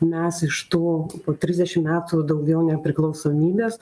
mes iš tų po trisdešim metų daugiau nepriklausomybės